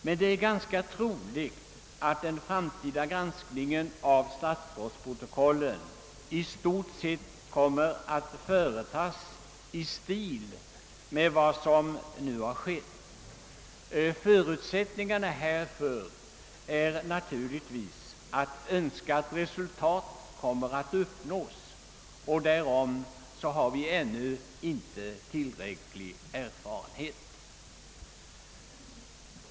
Men det är ganska troligt att den framtida granskningen av statsrådsprotokollen i stort sett kommer att företas på ungefär samma sätt som nu har skett. Förutsättningarna bärför är naturligtvis att önskat resultat uppnås, och därav har vi ännu inte tillräcklig erfarenhet.